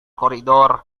koridor